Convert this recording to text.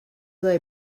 lay